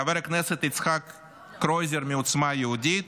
חבר הכנסת יצחק קרויזר מעוצמה יהודית.